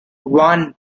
one